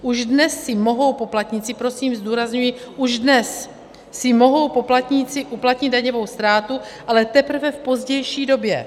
Už dnes si mohou poplatníci prosím zdůrazňuji už dnes si mohou poplatníci uplatnit daňovou ztrátu, ale teprve v pozdější době.